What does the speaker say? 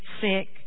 sick